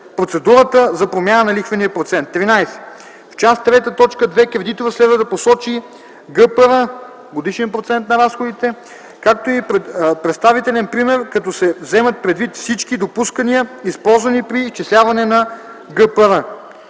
процедурата за промяна на лихвения процент. 13. В част ІІІ, т. 2 кредиторът следва да посочи годишен процент на разходите (ГПР), както и представителен пример, като се вземат предвид всички допускания, използвани при изчисляване на ГПР.